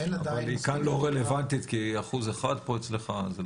אבל היא כאן לא רלוונטית כי 1% אחד פה אצלך.